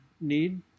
need